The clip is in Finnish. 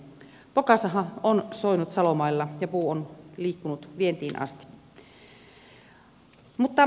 pokasaha on soinut salomailla ja puu on liikkunut vientiin asti